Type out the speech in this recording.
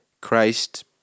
christ